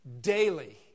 daily